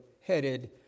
headed